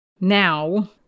Now